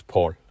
Paul